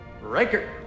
Riker